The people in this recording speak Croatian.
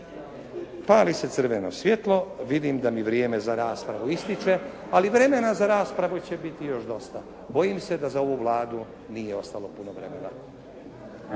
Pali se crveno svjetlo, vidim da mi vrijeme za raspravu ističe, ali vremena za raspravu će biti još dosta. Bojim se da za ovu Vladu nije ostalo puno vremena.